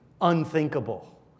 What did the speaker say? unthinkable